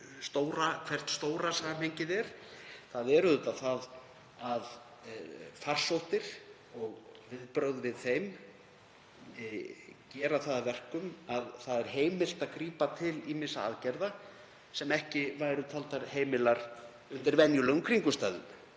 hvert stóra samhengið er. Það er auðvitað að farsóttir og viðbrögð við þeim gera að verkum að heimilt er að grípa til ýmissa aðgerða sem ekki væru taldar heimilar undir venjulegum kringumstæðum.